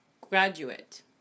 graduate